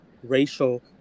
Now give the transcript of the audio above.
racial